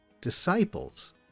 disciples